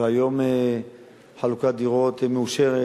והיום חלוקת דירות מאושרת